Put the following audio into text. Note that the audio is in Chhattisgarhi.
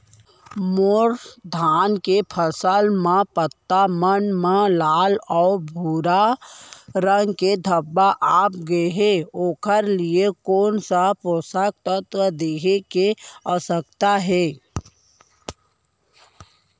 मोर धान के फसल म पत्ता मन म लाल व भूरा रंग के धब्बा आप गए हे ओखर लिए कोन स पोसक तत्व देहे के आवश्यकता हे?